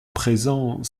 présent